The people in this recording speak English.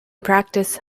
practice